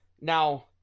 Now